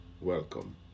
welcome